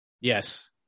yes